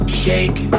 shake